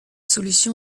solution